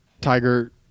tiger